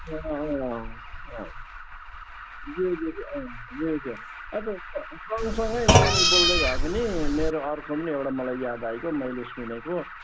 ए अँ अँ अँ अँ ज्यु ज्यु ज्यु अँ ज्यु ज्यु अन्त सँगसँगै नानी बोल्दै भए पनि मेरो अर्को पनि एउटा मलाई याद आइगयो मैले सुनेको